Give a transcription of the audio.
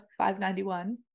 591